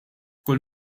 kull